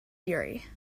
fury